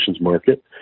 market